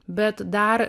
bet dar